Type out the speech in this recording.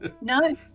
No